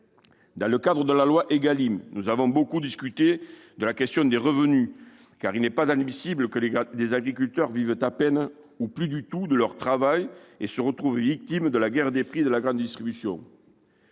Dans le cadre de la loi Égalim, nous avons beaucoup discuté de la question des revenus, car il n'est plus admissible que les agriculteurs vivent à peine, ou plus du tout, de leur travail et se retrouvent victimes de la guerre des prix de la grande distribution.